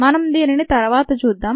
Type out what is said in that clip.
మనం దీనిని తర్వాత చూద్దాం